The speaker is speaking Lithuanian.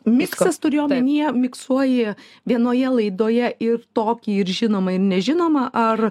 miksas turi omenyje miksuoji vienoje laidoje ir tokį ir žinomą nežinomą ar